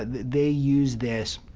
they used this